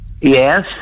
Yes